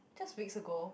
just weeks ago